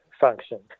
functions